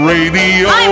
Radio